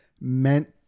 meant